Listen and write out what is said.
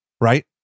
right